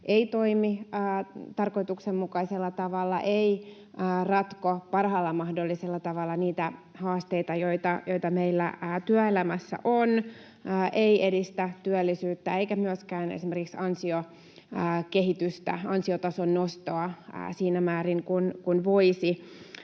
ei toimi tarkoituksenmukaisella tavalla, ei ratko parhaalla mahdollisella tavalla niitä haasteita, joita meillä työelämässä on, ei edistä työllisyyttä eikä myöskään esimerkiksi ansiokehitystä, ansiotason nostoa, siinä määrin kuin voisi,